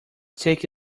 take